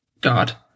God